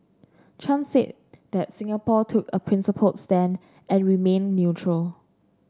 Chan said that Singapore took a principled stand and remained neutral